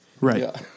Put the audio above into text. Right